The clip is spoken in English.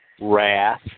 wrath